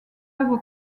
œuvre